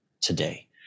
today